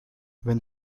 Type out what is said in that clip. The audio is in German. wenn